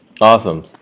Awesome